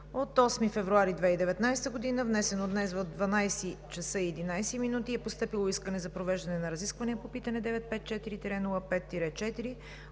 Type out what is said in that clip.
от 8 февруари 2019 г., внесено днес в 12,11 ч., е постъпило искане за провеждане на разискване по питане № 954-05-4